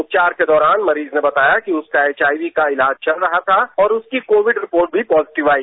उपचार के दौरान मरीज ने बताया कि उसका एक्शाईवी का इलाज चल रहा था और उसकी कोविड रिपोर्ट भी पॉजिटिव आई